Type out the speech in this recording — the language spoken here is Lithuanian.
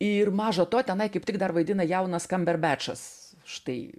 ir maža to tenai kaip tik dar vaidina jaunas kamber bečas štai